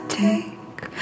take